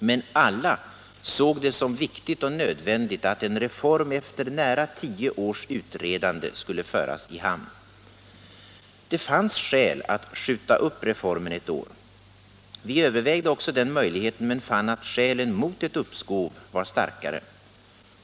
Men alla såg det som viktigt och nödvändigt att en reform efter nära tio års utredande skulle föras i hamn. Det fanns skäl att skjuta upp reformen ett år. Vi övervägde också den möjligheten men fann att skälen mot ett uppskov var starkare.